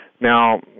Now